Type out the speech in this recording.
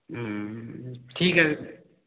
ঠিক আছে